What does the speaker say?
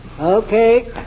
Okay